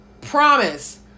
Promise